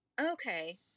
okay